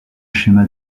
schéma